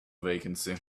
vacancy